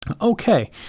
Okay